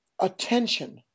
attention